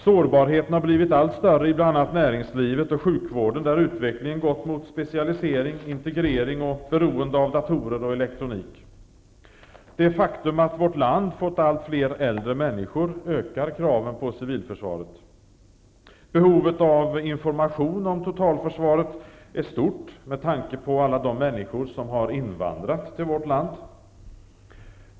Sårbarheten har blivit allt större i bl.a. näringslivet och sjukvården, där utvecklingen har gått mot specialisering, integrering och beroende av datorer och elektronik. Det faktum att vårt land fått allt fler äldre människor ökar kraven på civilförsvaret. Behovet av information om totalförsvaret är stort med tanke på alla de människor som har invandrat till vårt land.